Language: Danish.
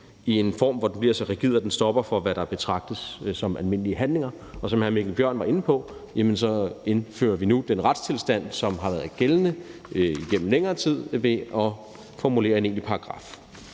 i en form, hvor den bliver så rigid, at den stopper for, hvad der betragtes som almindelige handlinger, og som hr. Mikkel Bjørn var inde på, indfører vi nu den retstilstand, som har været gældende igennem længere tid, ved at formulere en enkelt paragraf.